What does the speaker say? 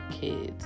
kids